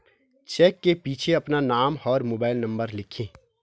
check के पीछे अपना नाम और मोबाइल नंबर लिखें